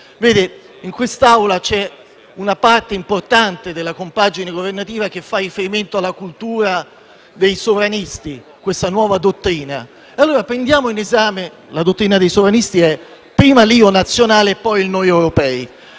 In quest'Aula c'è una parte importante della compagine governativa che fa riferimento alla cultura dei sovranisti, questa nuova dottrina. Allora prendiamola in esame. La dottrina dei sovranisti è: prima l'io nazionale e poi il noi europei.